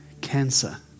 cancer